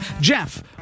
Jeff